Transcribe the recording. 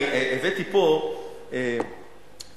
הבאתי פה ציטוטים.